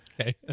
Okay